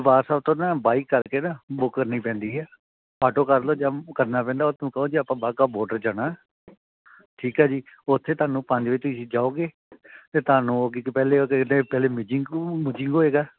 ਦਰਬਾਰ ਸਾਹਿਬ ਤੋਂ ਨਾ ਬਾਈਕ ਕਰਕੇ ਨਾ ਬੁੱਕ ਕਰਨੀ ਪੈਂਦੀ ਆ ਆਟੋ ਕਰ ਲਓ ਜਾਂ ਉਹ ਕਰਨਾ ਪੈਂਦਾ ਉੱਥੋਂ ਕਹੋ ਜੀ ਆਪਾਂ ਬਾਘਾ ਬੋਡਰ ਜਾਣਾ ਠੀਕ ਹੈ ਜੀ ਉੱਥੇ ਤੁਹਾਨੂੰ ਪੰਜ ਵਿੱਚ ਤੁਸੀਂ ਜਾਓਗੇ ਅਤੇ ਤੁਹਾਨੂੰ ਉਹ ਕੀ ਕੀ ਪਹਿਲੇ ਉਹਦੇ ਪਹਿਲੇ ਹੋਏਗਾ